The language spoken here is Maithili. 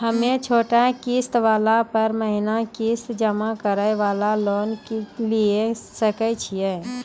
हम्मय छोटा किस्त वाला पर महीना किस्त जमा करे वाला लोन लिये सकय छियै?